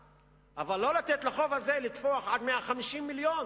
אבל לא לתת לחוב הזה לתפוח עד 150 מיליון.